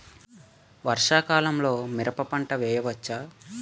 వర్షాకాలంలో మిరప పంట వేయవచ్చా?